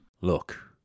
Look